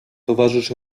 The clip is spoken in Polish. towarzysz